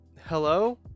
hello